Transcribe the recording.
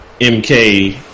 MK